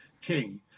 king